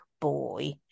boy